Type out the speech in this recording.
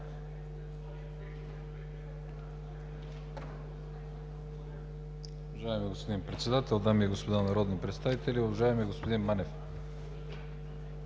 Уважаеми господин Председател, дами и господа народни представители, уважаеми господин Манев!